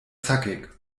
zackig